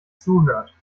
zuhört